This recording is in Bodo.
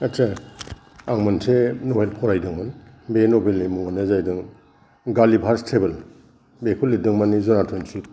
आच्छा आं मोनसे नभेल फरायदोंमोन बे नभेल नि मुङानो जाहैदों गालिभार्स ट्रेभोल्स बेखौ लिरदोंमोन जनाथन स्विफ्ट